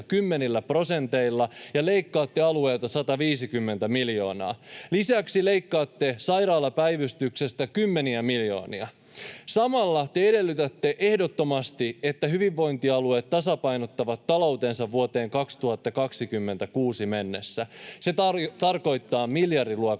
prosenteilla ja leikkaatte alueilta 150 miljoonaa. Lisäksi leikkaatte sairaalapäivystyksestä kymmeniä miljoonia. Samalla te edellytätte ehdottomasti, että hyvinvointialueet tasapainottavat taloutensa vuoteen 2026 mennessä. Se tarkoittaa miljardiluokan